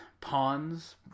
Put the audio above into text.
pawns